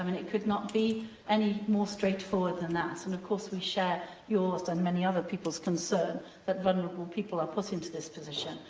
um and it could not be any more straightforward than that. and, of course, we share yours and many other people's concern that vulnerable people are put into this position,